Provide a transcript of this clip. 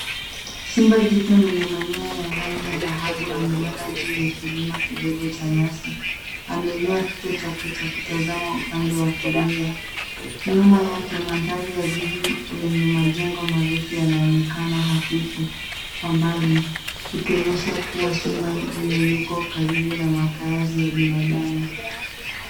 Simba jike mwenye manyoya ya rangi ya dhahabu amelala juu ya kilima kidogo cha nyasi. Ameinua kichwa chake cha kutazama upande wa kulia. Nyuma yake mandhari ya jiji lenye majengo marefu yanaonekana hafifu kwa mbali, ikionyesha kuwa simba huyo yuko karibu na makaazi ya binadamu.